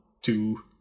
two